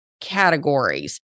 categories